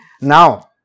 Now